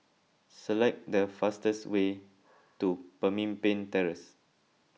select the fastest way to Pemimpin Terrace